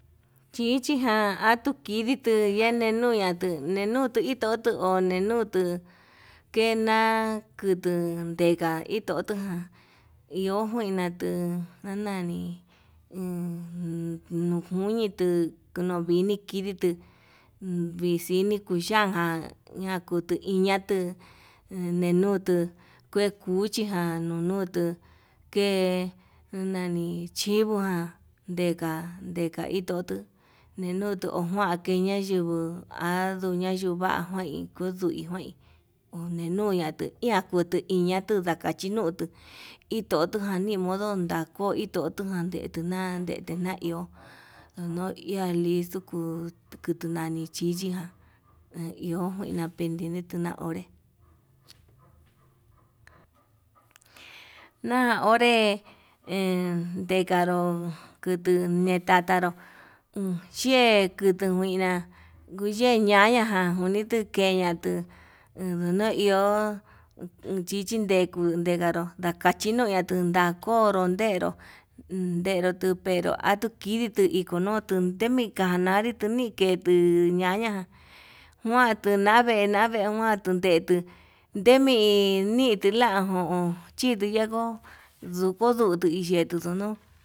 Chichijan atu kiditu yee nenuyatu ndenutu itoto onenutu kena'a, kutuu ndekan ito'o jan iho kuina tuu ndanani en yunjunitu kunuvini kiditu, vixini kuyajan ñakutu iñatu nenutu kue cuchiján anunutu ke'e kunani chivo ján ndega ndeha itoto, ninutu ho njuan ke'e iñayinguo ha yuvai njuain kudu njuain ho ninuyatu iha kutuu, iñatu ndakachi ñiutu itotojan ñanimodo nráko totojan nde'e tunan ndetunan iho ho no iha listo kuu tuku tuu nani chichijan na ihi juan pendiente na onre na onre, endekano kutu nekataro uun yee kutu njuina kuye ñaña ján unitu keñatu endo no iho chichi ndekuu undekaro nachi ñoña tundakoro ñenró underu tuu pero atuu kiditu ikonontu temi kanari, niketuña ñaña njuanduu navee navee ndemi ni tuu lai ho on chikuu lenguo ndukudute yetu ndono'o.